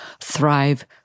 thrive